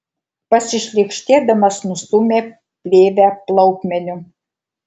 pasišlykštėdamas nustūmė plėvę plaukmeniu